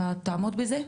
אתה תעמוד בזה?